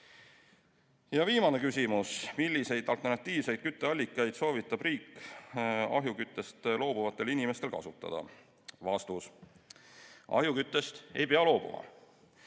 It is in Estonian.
Ja viimane küsimus: "Milliseid alternatiivseid kütteallikaid soovitab riik ahjuküttest loobuvatel inimestel kasutada?" Ahjuküttest ei pea loobuma.